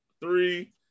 three